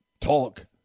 talk